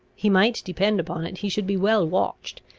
he might depend upon it he should be well watched,